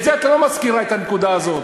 את זה את לא מזכירה, את הנקודה הזאת.